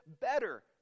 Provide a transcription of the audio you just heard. better